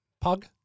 Pug